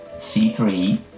C3